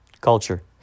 Culture